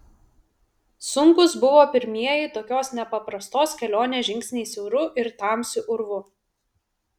sunkūs buvo pirmieji tokios nepaprastos kelionės žingsniai siauru ir tamsiu urvu